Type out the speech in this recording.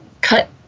cut